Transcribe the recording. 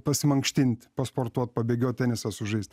pasimankštint pasportuot pabėgiot tenisą sužaist